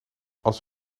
als